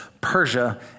Persia